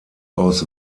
aus